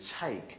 take